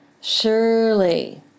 Surely